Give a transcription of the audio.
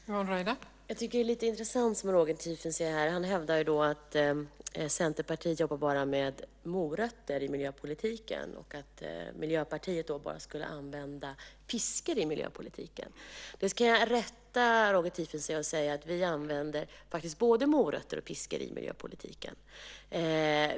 Fru talman! Jag tycker det är intressant att höra Roger Tiefensee hävda att Centerpartiet bara jobbar med morötter i miljöpolitiken och att Miljöpartiet bara skulle använda piska. Därför ska jag rätta Roger Tiefensee och säga att vi faktiskt använder både morot och piska i miljöpolitiken.